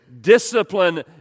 Discipline